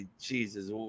Jesus